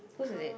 whose is it